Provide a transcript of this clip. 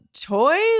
toys